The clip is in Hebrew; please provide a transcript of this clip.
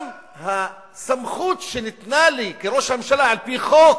גם הסמכות שניתנה לי, כראש הממשלה, על-פי חוק,